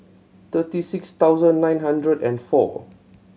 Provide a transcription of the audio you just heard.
thirty six thousand nine hundred and four